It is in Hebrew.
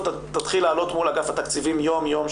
תתחיל לעלות מול אגף התקציבים יום-יום,